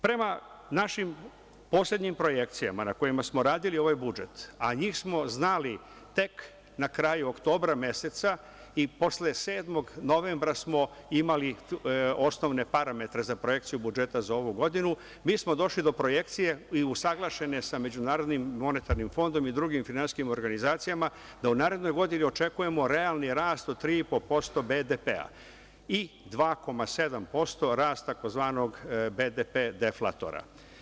Prema našim poslednjim projekcijama na kojima smo radili ovaj budžet, a njih smo znali tek na kraju oktobra meseca i posle 7. novembra smo imali osnovne parametre za projekciju budžeta za ovu godinu, mi smo došli do projekcije, usaglašene sa MMF i drugim finansijskim organizacijama, da u narednoj godini očekujemo realni rast od 3,5% BDP i 2,7% rast tzv. BDP deflatora.